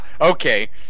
okay